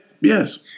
yes